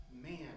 man